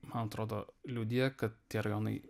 man atrodo liudija kad tie rajonai